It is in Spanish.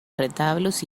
retablos